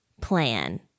plan